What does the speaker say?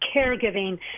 caregiving